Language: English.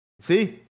See